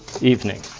evening